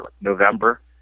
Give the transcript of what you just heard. November